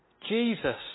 Jesus